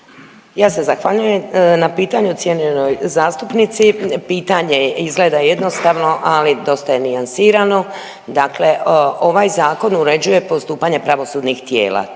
Ja se zahvaljujem na pitanju cijenjenoj zastupnici. Pitanje izgleda jednostavno, ali dosta je nijansirano. Dakle, ovaj zakon uređuje postupanje pravosudnih tijela.